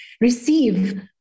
receive